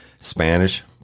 Spanish